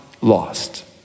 lost